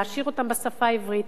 להעשיר אותם בשפה העברית,